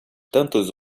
tantos